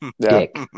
Dick